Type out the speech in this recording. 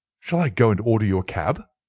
shall i go and order you a cab?